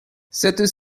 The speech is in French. sept